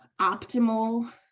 optimal